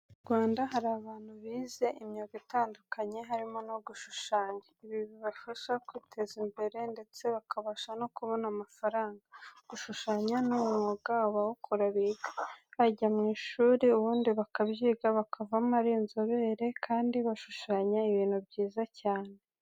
Mu Rwanda hari abantu bize imyuga itandukanye harimo no gushushanya, ibi bibafasha kwiteza imbere ndetse bakabasha no kubona amafaranga. Gushushanya ni umwuga abawukora biga, bajya mu ishuri ubundi bakabyiga bakavamo ari inzobere kandi bashushanya ibintu byiza cyane.